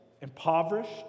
impoverished